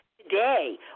today